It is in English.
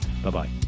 Bye-bye